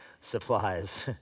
supplies